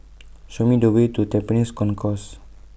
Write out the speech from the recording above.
Show Me The Way to Tampines Concourse